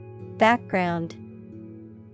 Background